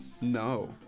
No